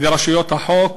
ורשויות החוק.